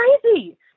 crazy